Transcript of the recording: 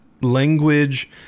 language